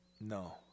No